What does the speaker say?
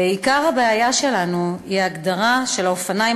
עיקר הבעיה שלנו היא ההגדרה של האופניים